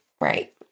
Right